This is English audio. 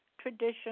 tradition